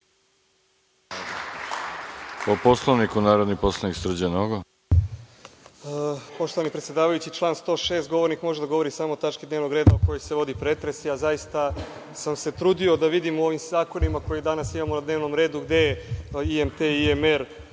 Po Poslovniku, narodni poslanik Srđan Nogo. **Srđan Nogo** Poštovani predsedavajući, član 106. – govornik može da govori samo o tački dnevnog reda o kojoj se vodi pretres. Ja sam se zaista trudio da vidim u ovim zakonima koje danas imamo na dnevnom redu, gde je IMT, IMR,